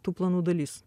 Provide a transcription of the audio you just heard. tų planų dalis